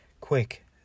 Quick